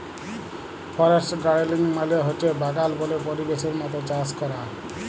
forest গাড়েলিং মালে হছে বাগাল বল্য পরিবেশের মত চাষ ক্যরা